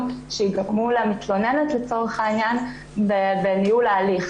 שייגרמו למתלוננת לצורך העניין בניהול ההליך,